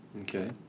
okay